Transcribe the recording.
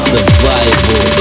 Survival